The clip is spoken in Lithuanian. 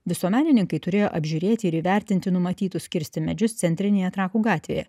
visuomenininkai turėjo apžiūrėti ir įvertinti numatytus kirsti medžius centrinėje trakų gatvėje